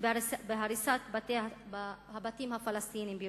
בהריסת הבתים הפלסטיניים בירושלים.